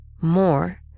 More